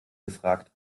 gefragt